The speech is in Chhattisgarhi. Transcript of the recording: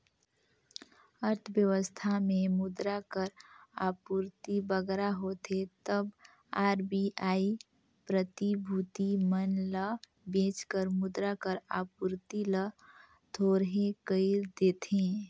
अर्थबेवस्था में मुद्रा कर आपूरति बगरा होथे तब आर.बी.आई प्रतिभूति मन ल बेंच कर मुद्रा कर आपूरति ल थोरहें कइर देथे